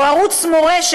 או ערוץ מורשת,